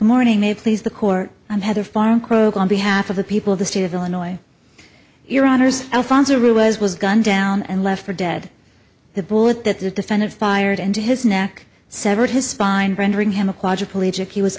morning they please the court i'm heather farm croque on behalf of the people of the state of illinois your honour's alphonso rule was was gunned down and left for dead the bullet that the defendant fired and his neck severed his spine rendering him a quadriplegic he was